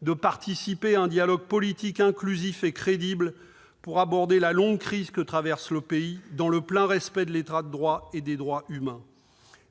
de participer à un dialogue politique inclusif et crédible pour aborder la longue crise que traverse le pays, dans le plein respect de l'État de droit et des droits humains ».